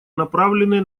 направленные